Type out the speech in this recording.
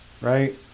Right